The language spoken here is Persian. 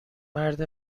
مرد